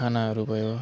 खानाहरू भयो